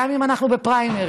גם אם אנחנו בפריימריז,